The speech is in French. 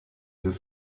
deux